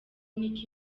nick